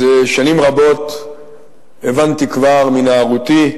מזה שנים רבות הבנתי, כבר מנערותי,